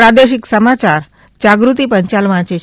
પ્રાદેશિક સમાચાર જાગૃતિ પંચાલ વાંચે છે